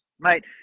mate